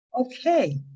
Okay